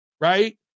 right